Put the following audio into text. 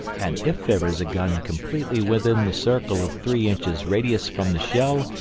and if there is a gun completely within the circle of three inches radius from the shell,